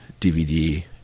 DVD